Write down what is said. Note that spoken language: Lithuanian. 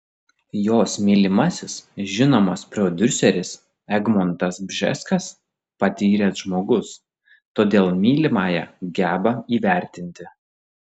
jos mylimasis žinomas prodiuseris egmontas bžeskas patyręs žmogus todėl mylimąją geba įvertinti